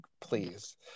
please